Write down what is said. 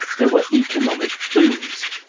there were economic booms.